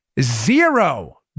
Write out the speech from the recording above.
zero